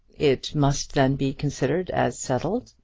it must then be considered as settled?